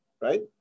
right